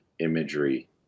imagery